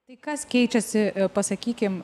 tai kas keičiasi pasakykim